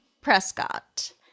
Prescott